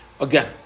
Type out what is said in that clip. Again